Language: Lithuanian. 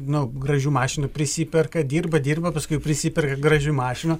nu gražių mašinų prisiperka dirba dirba paskui prisiperka gražių mašinų